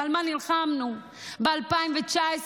ועל מה נלחמנו ב-2019,